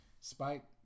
Spike